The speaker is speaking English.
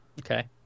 Okay